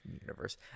Universe